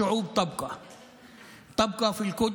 והעמים נשארים, נשארים בירושלים,